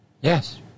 Yes